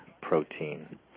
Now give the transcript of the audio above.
protein